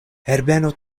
herbeno